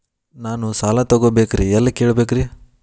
ನಾನು ಸಾಲ ತೊಗೋಬೇಕ್ರಿ ಎಲ್ಲ ಕೇಳಬೇಕ್ರಿ?